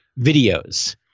videos